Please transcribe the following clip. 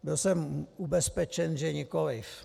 Byl jsem ubezpečen, že nikoliv.